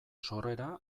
sorrera